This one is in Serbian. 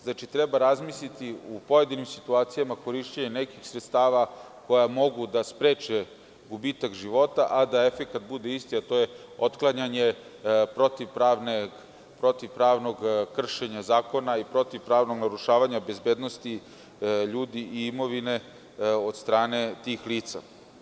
Znači, treba razmisliti u pojedinim situacijama o korišćenju nekih sredstava koja mogu da spreče gubitak života a da efekat bude isti – otklanjanje protivpravnog kršenja zakona i protivpravnog narušavanja bezbednosti ljudi i imovine od strane tih lica.